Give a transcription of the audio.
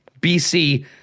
BC